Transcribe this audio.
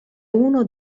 uno